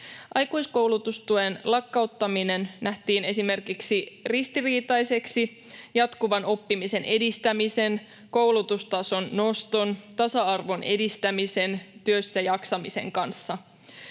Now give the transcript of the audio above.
Aikuiskoulutustuen lakkauttaminen nähtiin esimerkiksi ristiriitaiseksi jatkuvan oppimisen edistämisen, koulutustason noston, tasa-arvon edistämisen ja työssäjaksamisen kanssa.